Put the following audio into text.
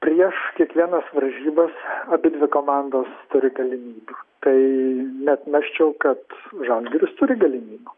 prieš kiekvienas varžybas abidvi komandos turi galimybių tai neatmesčiau kad žalgiris turi galimybių